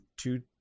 two